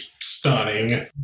stunning